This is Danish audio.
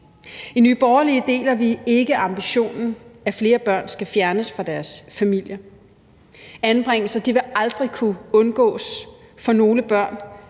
I Nye Borgerlige deler vi ikke ambitionen om, at flere børn skal fjernes fra deres familier. Anbringelser vil aldrig kunne undgås for nogle børn,